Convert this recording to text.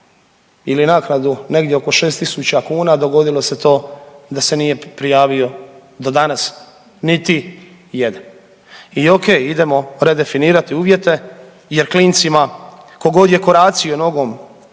ili naknadu negdje oko 6.000 kuna, dogodilo se to da se nije prijavio do danas niti jedan. I okej, idemo redefinirati uvjete jer klincima tko god je koracio nogom